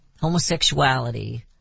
homosexuality